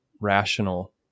rational